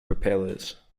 propellers